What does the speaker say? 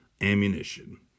ammunition